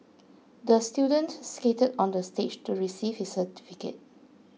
the student skated onto the stage to receive his certificate